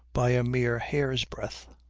by a mere hair's breadth,